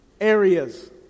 areas